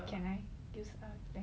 can I use the